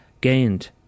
gained